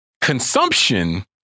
consumption